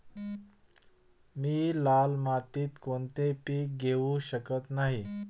मी लाल मातीत कोणते पीक घेवू शकत नाही?